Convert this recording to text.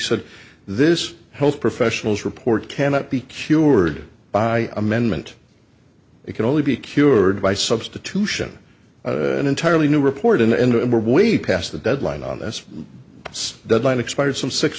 said this health professionals report cannot be cured by amendment it can only be cured by substitution an entirely new report and we're way past the deadline on this deadline expired some six